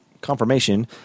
Confirmation